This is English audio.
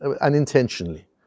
unintentionally